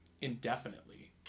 indefinitely